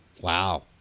Wow